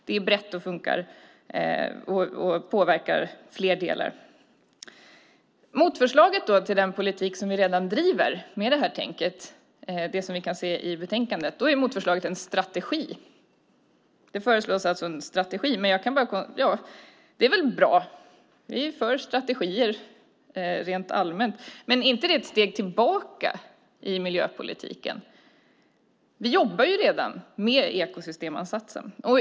Det är brett och påverkar fler delar. Motförslaget till den politik som vi redan driver med det här tänket som vi kan se i betänkandet är en strategi. Det föreslås en strategi. Det är väl bra. Vi är för strategier rent allmänt. Men är inte det ett steg tillbaka i miljöpolitiken? Vi jobbar ju redan med ekosystemansatsen.